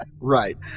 Right